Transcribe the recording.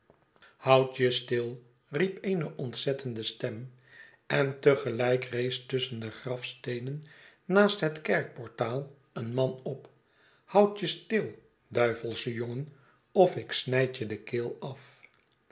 eloud je still riep eene ontzettende stem en te gelijk rees tusschen de grafsteenen naast het kerkportaal een man op houd jestil duivelsche jongen of ik snijd je de keel af